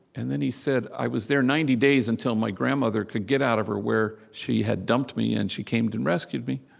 and then he said, i was there ninety days, until my grandmother could get out of her where she had dumped me, and she came and rescued me.